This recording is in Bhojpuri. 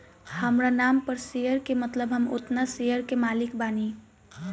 हामरा नाम पर शेयर के मतलब हम ओतना शेयर के मालिक बानी